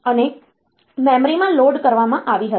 અને મેમરીમાં લોડ કરવામાં આવી હતી